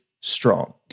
strong